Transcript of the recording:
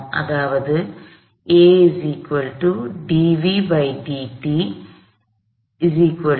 அதாவது a dvdt adt dv